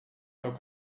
meu